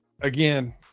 again